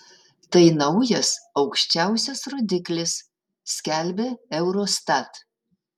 tai naujas aukščiausias rodiklis skelbia eurostat